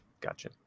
Gotcha